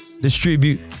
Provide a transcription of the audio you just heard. distribute